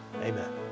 amen